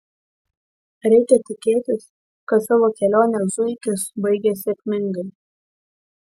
reikia tikėtis kad savo kelionę zuikis baigė sėkmingai